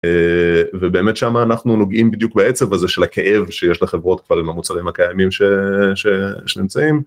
ובאמת שמה אנחנו נוגעים בדיוק בעצב הזה של הכאב שיש לחברות כבר עם המוצרים הקיימים שנמצאים.